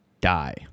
die